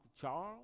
Charles